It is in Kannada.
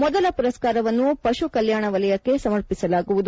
ಮೊದಲ ಪುರಸ್ಕಾರವನ್ನು ಪಶು ಕಲ್ಯಾಣ ವಲಯಕ್ಕೆ ಸಮರ್ಪಿಸಲಾಗುವುದು